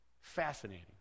Fascinating